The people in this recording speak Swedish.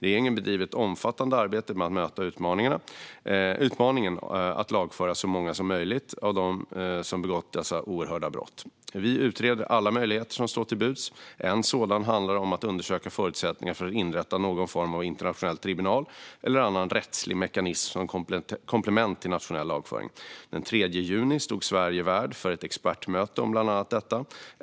Regeringen bedriver ett omfattande arbete med att möta utmaningen att lagföra så många som möjligt av dem som begått dessa oerhörda brott. Vi utreder alla möjligheter som står till buds. En sådan handlar om att undersöka förutsättningarna för att inrätta någon form av internationell tribunal eller annan rättslig mekanism som komplement till nationell lagföring. Den 3 juni stod Sverige värd för ett expertmöte om bland annat detta.